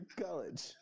college